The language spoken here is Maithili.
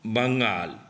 बङ्गाल